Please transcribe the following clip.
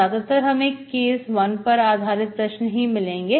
ज्यादातर हमें केस 1 पर आधारित प्रश्न ही मिलेंगे